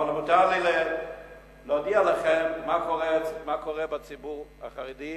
אבל מותר לי להודיע לכם מה קורה בציבור החרדי,